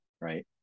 Right